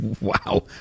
Wow